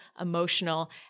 emotional